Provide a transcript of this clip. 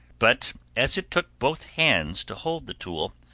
but as it took both hands to hold the tool,